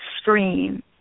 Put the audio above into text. scream